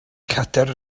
cadair